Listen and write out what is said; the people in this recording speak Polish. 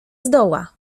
zdoła